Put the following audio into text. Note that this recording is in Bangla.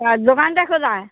আ দোকানটা কোথায়